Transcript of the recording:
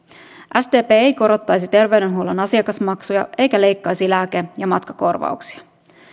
sdp ei korottaisi terveydenhuollon asiakasmaksuja eikä leikkaisi lääke ja matkakorvauksia